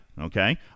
okay